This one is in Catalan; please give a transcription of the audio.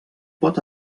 pot